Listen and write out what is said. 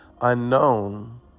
unknown